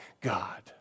God